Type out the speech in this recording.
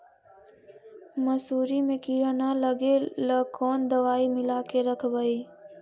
मसुरी मे किड़ा न लगे ल कोन दवाई मिला के रखबई?